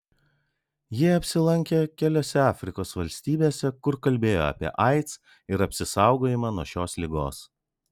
ji apsilankė keliose afrikos valstybėse kur kalbėjo apie aids ir apsisaugojimą nuo šios ligos